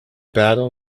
battle